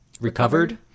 recovered